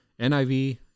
NIV